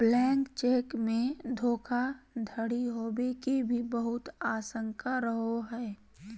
blank cheque मे धोखाधडी होवे के भी बहुत आशंका रहो हय